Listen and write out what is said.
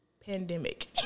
pandemic